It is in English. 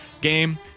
game